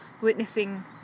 witnessing